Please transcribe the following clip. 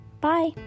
Bye